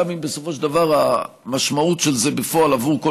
גם אם בסופו של דבר המשמעות של זה בפועל עבור כל